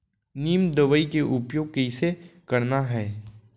नीम दवई के उपयोग कइसे करना है?